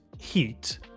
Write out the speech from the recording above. heat